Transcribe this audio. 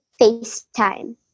FaceTime